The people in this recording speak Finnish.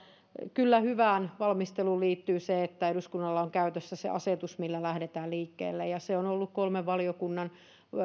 kyllä hyvään valmisteluun liittyy se että eduskunnalla on käytössä se asetus millä lähdetään liikkeelle ja se on ollut nyt kolmen valiokunnan